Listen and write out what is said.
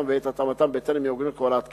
ואת התאמתם בטרם יעוגנו כהוראות קבע.